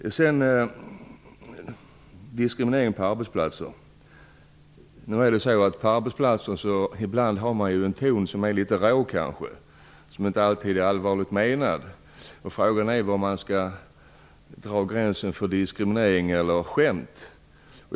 När det gäller diskriminering på arbetsplatser vill jag säga att man där ibland har en ton som kanske är litet rå, men som inte alltid är allvarligt menad. Frågan är var man skall dra gränsen för vad som är diskriminering eller skämt.